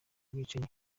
bwicanyi